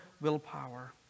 willpower